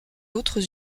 autres